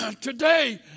today